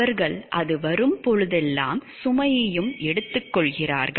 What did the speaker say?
அவர்கள் அது வரும்போதெல்லாம் சுமையையும் எடுத்துக்கொள்கிறார்கள்